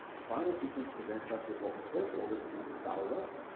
the final sequence presents us with what was first altered to dalva,